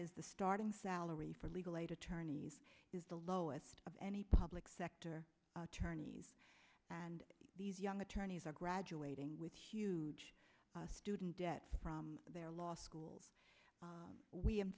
is the starting salary for legal aid attorneys is the lowest of any public sector tourney's and these young attorneys are graduating with huge student debt from their law schools we in